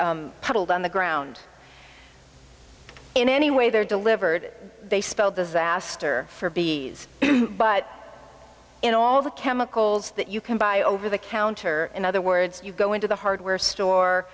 pulled on the ground in any way they're delivered they spell disaster for b s but in all the chemicals that you can buy over the counter in other words you go into the hardware store